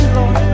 Lord